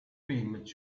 film